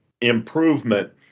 improvement